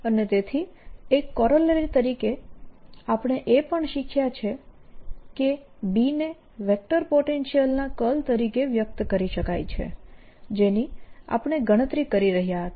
અને તેથી એક કોરોલરી તરીકે આપણે એ પણ શીખ્યા છે કે B ને વેક્ટર પોટેન્શિયલ ના કર્લ તરીકે વ્યક્ત કરી શકાય છે જેની આપણે ગણતરી કરી રહયા હતા